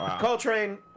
Coltrane